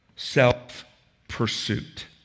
self-pursuit